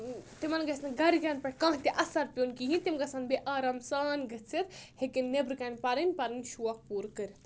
تِمَن گَژھِ نہٕ گَرِکؠن پؠٹھ کانٛہہ تہِ اَثر پیٚوُن کِہیٖنۍ تِم گژھن بیٚیہِ آرام سان گٔژھِتھ ہیٚکِنۍ نؠبرٕ کَن پَرٕنۍ پَنٕنۍ شوق پوٗرٕ کٔرِتھ